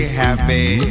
happy